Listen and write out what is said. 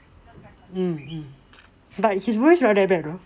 mm mm but his voice not that bad hor